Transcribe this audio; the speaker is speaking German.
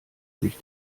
sich